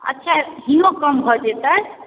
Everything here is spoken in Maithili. अच्छा इहो कम भऽ जेतै